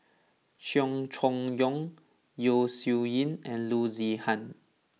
Cheong Choong Kong Yeo Shih Yun and Loo Zihan